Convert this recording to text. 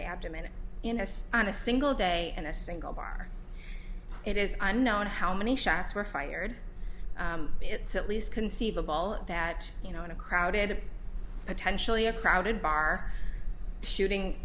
the abdomen on a single day in a single bar it is unknown how many shots were fired it's at least conceivable that you know in a crowded potentially a crowded bar shooting